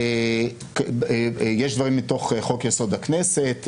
יש דברים מתוך חוק-יסוד: הכנסת,